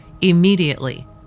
Immediately